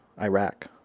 Iraq